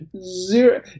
zero